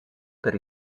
per